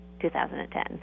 2010